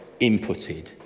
inputted